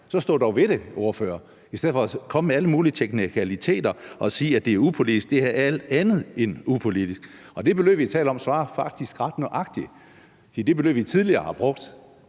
Så stå dog ved det, ordfører, i stedet for at komme med alle mulige teknikaliteter og sige, at det er upolitisk. Det her er alt andet end upolitisk, og det beløb, vi taler om, svarer faktisk ret nøjagtigt til det beløb, vi tidligere har brugt